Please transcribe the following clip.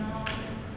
mm